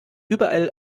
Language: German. überall